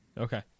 Okay